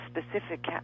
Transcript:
specific